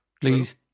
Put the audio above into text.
Please